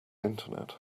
internet